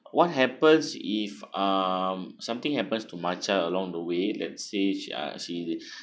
what happens if um something happens to my child along the way let's say uh she